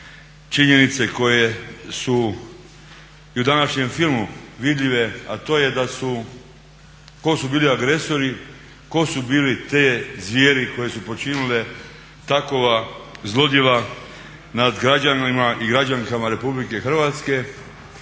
činjenice koje su i u današnjem filmu vidljive, a to je da su tko su bili agresori, tko su bili te zvijeri koje su počinile takova zlodjela nad građanima i građankama Republike Hrvatske,